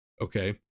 okay